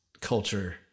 culture